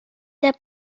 der